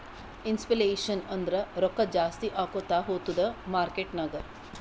inflation ಅಂದುರ್ ರೊಕ್ಕಾ ಜಾಸ್ತಿ ಆಕೋತಾ ಹೊತ್ತುದ್ ಮಾರ್ಕೆಟ್ ನಾಗ್